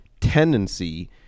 tendency